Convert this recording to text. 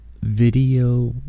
video